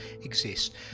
exist